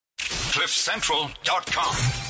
Cliffcentral.com